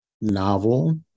novel